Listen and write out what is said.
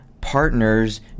partners